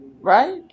right